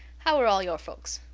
how are all your folks?